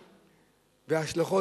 וההשלכות,